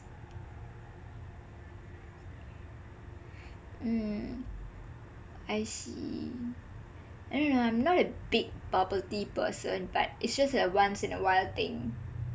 mm I see I mean no I am not a big bubble tea person but it's just that once in a while thing